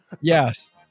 Yes